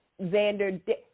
Xander